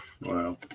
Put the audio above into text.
Wow